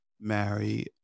marry